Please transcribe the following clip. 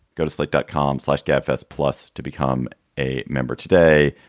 ghostlike dot com slash gabfests, plus to become a member today.